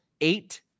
eight